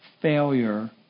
failure